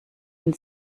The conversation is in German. wenn